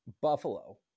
Buffalo